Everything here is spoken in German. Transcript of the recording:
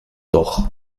doch